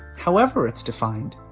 however it's defined.